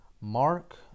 Mark